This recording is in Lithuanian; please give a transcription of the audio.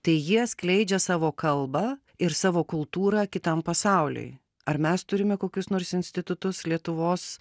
tai jie skleidžia savo kalbą ir savo kultūrą kitam pasauliui ar mes turime kokius nors institutus lietuvos